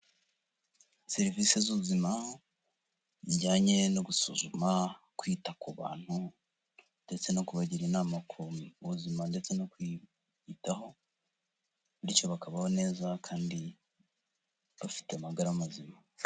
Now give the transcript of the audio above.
Serivisi z'ubuzima zijyanye no gusuzuma, kwita ku bantu, ndetse no kubagira inama ku buzima, ndetse no kwiyitaho, bityo bakabaho neza kandi bafite amagara mazima.